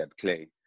Clay